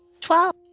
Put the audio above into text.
Twelve